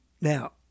Now